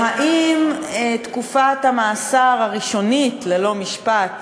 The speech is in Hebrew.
והאם תקופת המאסר הראשונית ללא משפט